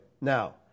Now